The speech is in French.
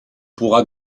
pourra